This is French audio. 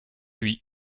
oui